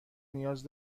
نیاز